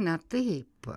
ne taip